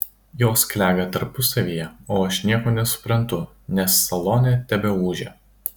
jos klega tarpusavyje o aš nieko nesuprantu nes salone tebeūžia